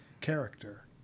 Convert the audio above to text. character